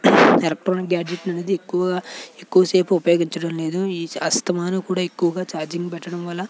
electronic gadgets అనేది ఎక్కువ ఎక్కువ సేపు ఉపయోగించడం లేదు అస్తమానం కూడా ఎక్కువగా చార్జింగ్ పెట్టడం వల్ల అలాగే చార్జర్